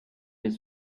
his